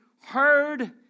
heard